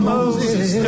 Moses